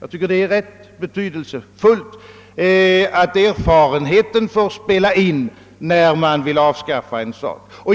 Det är enligt min mening betydelsefullt att erfarenheten får speja in när man vill avskaffa en sak.